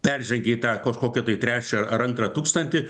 peržengei tą kažkokį tai trečią ar antrą tūkstantį